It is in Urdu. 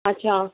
اچھا